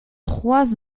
trois